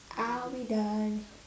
are we done